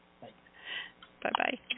Bye-bye